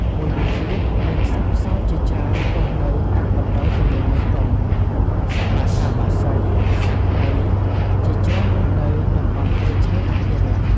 មួយវិញទៀត មានសត្វផ្សោតជាច្រើនរស់នៅតាមបណ្តោយទន្លេមេគង្គ សត្វបក្សាបក្សី សត្វព្រៃ ជាច្រើនរស់នៅតំបន់ព្រៃឈើអភិរក្ស។